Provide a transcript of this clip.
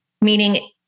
meaning